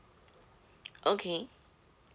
okay